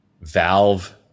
valve